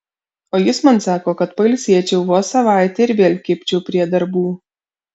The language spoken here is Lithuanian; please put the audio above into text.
o jis man sako kad pailsėčiau vos savaitę ir vėl kibčiau prie darbų